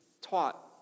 taught